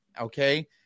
okay